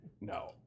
No